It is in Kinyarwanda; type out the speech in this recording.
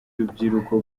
urubyiruko